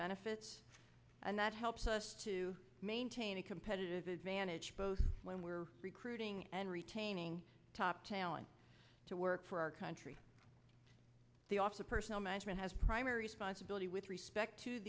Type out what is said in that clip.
benefits and that helps us to maintain a competitive advantage both when we're recruiting and retaining top talent to work for our country the office of personnel management has primary sponsibility with respect to